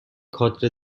کادر